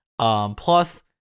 Plus